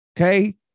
Okay